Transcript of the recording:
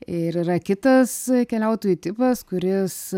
ir yra kitas keliautojų tipas kuris